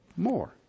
More